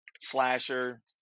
Slasher